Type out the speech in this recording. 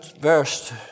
verse